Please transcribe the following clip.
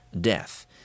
death